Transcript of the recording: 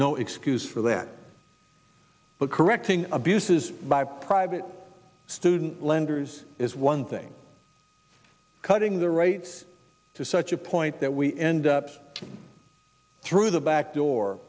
no excuse for that but correcting abuses by private student lenders is one thing cutting the rates to such a point that we end up through the backdoor